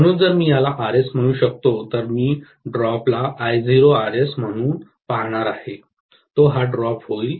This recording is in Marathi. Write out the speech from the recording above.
म्हणून जर मी याला RS म्हणू शकतो तर मी ड्रॉप ला I0Rs म्हणून पाहणार आहे तो हा ड्रॉप होईल